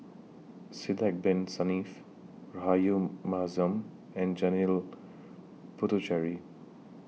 Sidek Bin Saniff Rahayu Mahzam and Janil Puthucheary